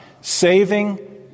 Saving